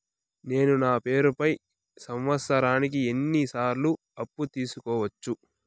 నేను నా పేరుపై సంవత్సరానికి ఎన్ని సార్లు అప్పు తీసుకోవచ్చు?